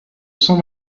cent